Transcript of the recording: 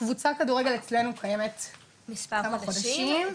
הקבוצה אצלנו קיימת כמה חודשים,